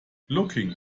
looking